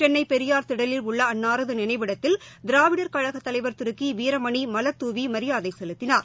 சென்னைபெரியார் திடலில் உள்ள அன்னாரதுநினைவிடத்தில் திராவிபர் கழகதலைவர் திருகிவீரமணிமலர்தூவிமரியாதைசெலுத்தினர்